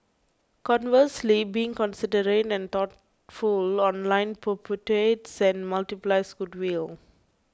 conversely being considerate and thoughtful online perpetuates and multiplies goodwill